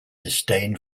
disdain